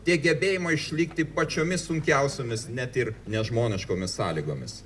tiek gebėjimo išlikti pačiomis sunkiausiomis net ir nežmoniškomis sąlygomis